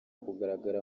kugaragara